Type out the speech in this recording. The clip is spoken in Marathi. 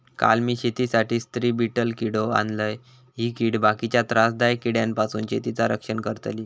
काल मी शेतीसाठी स्त्री बीटल किडो आणलय, ही कीड बाकीच्या त्रासदायक किड्यांपासून शेतीचा रक्षण करतली